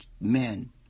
men